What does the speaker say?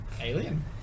alien